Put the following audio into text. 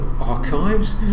Archives